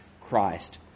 Christ